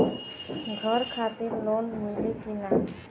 घर खातिर लोन मिली कि ना?